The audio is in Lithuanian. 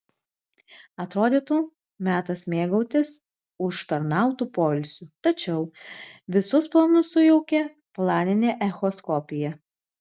atrodytų metas mėgautis užtarnautu poilsiu tačiau visus planus sujaukė planinė echoskopija